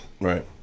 right